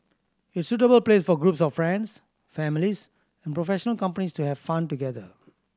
it's suitable place for groups of friends families and professional companies to have fun together